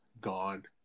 gone